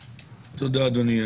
תודה, אדוני.